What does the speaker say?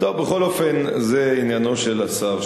בכל אופן זה עניינו של השר,